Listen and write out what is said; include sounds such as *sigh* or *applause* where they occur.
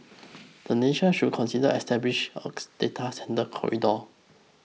the nation should consider establishing a *noise* data centre corridor